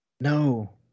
No